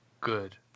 good